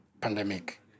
pandemic